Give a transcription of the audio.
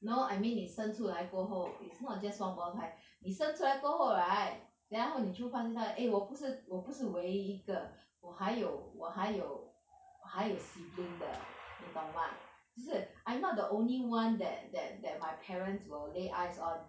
no I mean 你生出来过后 is not just 双胞胎你生出来过后 right then 然后你就发现到 like eh 我不是我不是唯一一个我还有我还有我还有 sibling 的你懂嘛就是 I am not the only one that that that my parents will lay eyes on